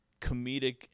comedic